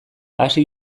hasi